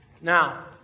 Now